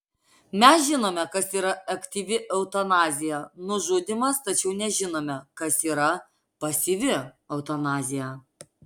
mes žinome kas yra aktyvi eutanazija nužudymas tačiau nežinome kas yra pasyvi eutanazija